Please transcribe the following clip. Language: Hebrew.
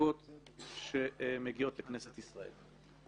מהמוצדקות שמגיעות לכנסת ישראל.